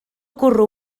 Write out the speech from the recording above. gwrw